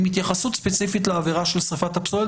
עם התייחסות ספציפית לעבירה של שריפת הפסולת,